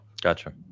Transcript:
gotcha